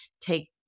take